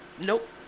Nope